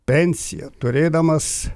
pensiją turėdamas